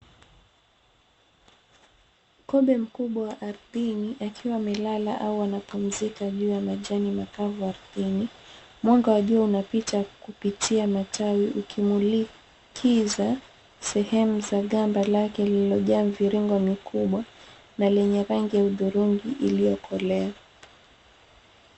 Kobe mkubwa ardhini. Akiwa amelala au anapumzika juu ya majani makavu ardhini .Mwanga wa jua unapita kupitia matawi Ukimilikiza sehemu za ngamba lake lilojaa mivirigo mikubwa .Na lenye rangi hudhurungi iliyokolea.